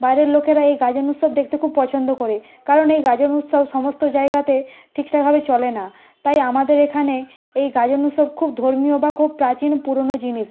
বাইরের লোকেরা এই গাজন উৎসব দেখতে খুব পছন্দ করে কারণ এই গাজন উৎসব সমস্ত জায়গাতে ঠিকঠাকভাবে চলে না তাই আমাদের এখানে এই গাজন উৎসব খুব ধর্মীয় বা খুব প্রাচীন পুরনো জিনিস